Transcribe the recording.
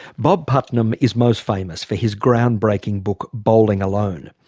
bob putnam is most famous for his groundbreaking book bowling alone.